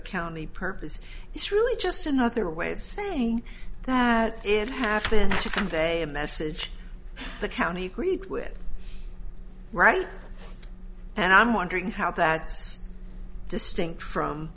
county purpose it's really just another way of saying that it happened to convey a message the county creed with right and i'm wondering how that is distinct from